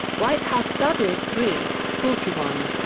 white house studies three forty one.